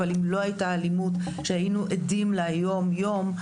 אבל אם לא הייתה אלימות שהיינו עדים לה יום יום,